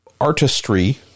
artistry